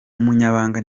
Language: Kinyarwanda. umunyamabanga